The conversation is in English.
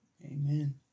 Amen